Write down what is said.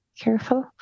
careful